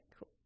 cool